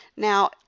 Now